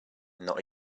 not